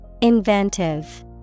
Inventive